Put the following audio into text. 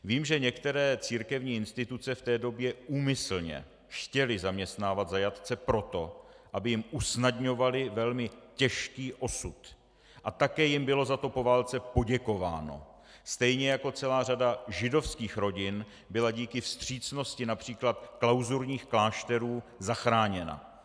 Vím, že některé církevní instituce v té době úmyslně chtěly zaměstnávat zajatce proto, aby jim usnadňovaly velmi těžký osud, a také jim bylo za to po válce poděkováno, stejně jako celá řada židovských rodin byla díky vstřícnosti například klauzurních klášterů zachráněna.